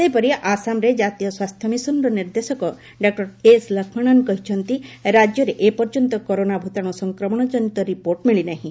ସେହିପରି ଆସାମରେ କାତୀୟ ସ୍ୱାସ୍ଥ୍ୟ ମିଶନ୍ର ନିର୍ଦ୍ଦେଶକ ଡକ୍ଟର ଏସ୍ ଲକ୍ଷ୍ମଣନ୍ କହିଛନ୍ତି ରାଜ୍ୟରେ ଏପର୍ଯ୍ୟନ୍ତ କରୋନା ଭୂତାଣୁ ସଂକ୍ରମଣ ଜନିତ ରିପୋର୍ଟ ମିଳି ନାହିଁ